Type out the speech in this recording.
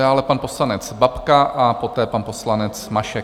Dále pan poslanec Babka a poté pan poslanec Mašek.